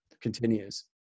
continues